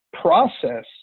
process